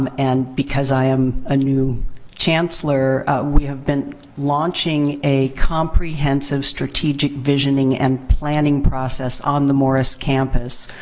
um and because i am a new chancellor, we have been launching a comprehensive strategic visioning and planning process on the morris campus.